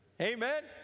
Amen